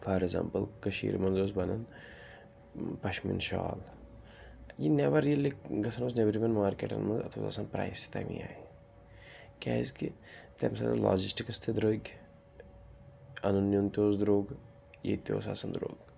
for example کٔشیٖرِ منٛز اوس بَنان پشمیٖن شال یہِ نٮ۪بَر ییٚلہِ گژھان اوس نٮ۪برِمٮ۪ن مارکیٹَن منٛز اَتھ اوس آسان پرٛایِس تہِ تَمی آیہِ کیٛازِکہِ تَمہِ ساتہٕ ٲس لاجِسٹِکٕس تہِ درٛوٚگۍ اَنُن نیُن تہِ اوس درٛوٚگ ییٚتہِ تہِ اوس آسان درٛوٚگ